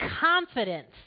confidence